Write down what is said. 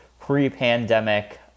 pre-pandemic